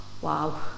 wow